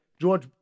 George